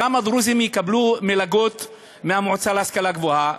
כמה דרוזים יקבלו מלגות מהמועצה להשכלה גבוהה.